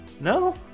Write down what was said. No